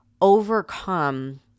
overcome